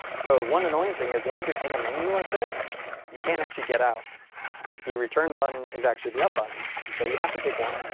so one annoying thing is once you're in a menu like this you can't actually get out the return button is actually the up button so you have to pick one.